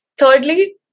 Thirdly